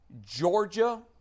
Georgia